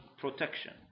protection